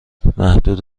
محدود